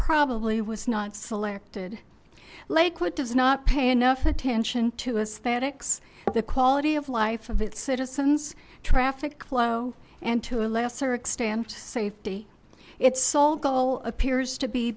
probably was not selected lakewood does not pay enough attention to us that iks the quality of life of its citizens traffic flow and to a lesser extent safety its sole goal appears to be